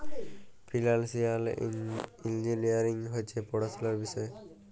financial engineering হছে পড়াশুলার বিষয়